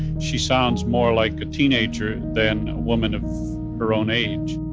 she sounds more like a teenager than a woman of her own age